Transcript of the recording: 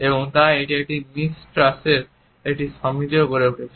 এবং তাই এটি এর সাথে মিস ট্রাস্টের একটি সমিতিও গড়ে তুলেছে